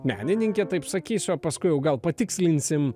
menininkė taip sakysiu o paskui jau gal patikslinsim